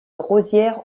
rosières